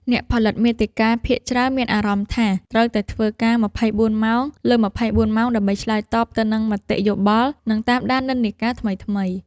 អ្នកផលិតមាតិកាភាគច្រើនមានអារម្មណ៍ថាត្រូវតែធ្វើការ ២៤ ម៉ោងលើ ២៤ ម៉ោង ដើម្បីឆ្លើយតបទៅនឹងមតិយោបល់ និងតាមដាននិន្នាការថ្មីៗ។